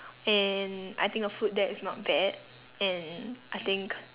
and I think the food there is not bad and I think